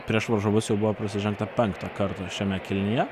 prieš varžovus jau buvo prasižengta penktą kartą šiame kėlinyje